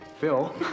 Phil